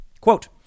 quote